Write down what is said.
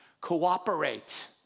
cooperate